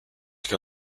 can